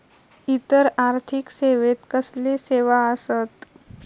इतर आर्थिक सेवेत कसले सेवा आसत?